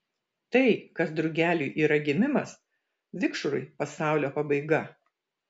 tai kas drugeliui yra gimimas vikšrui pasaulio pabaiga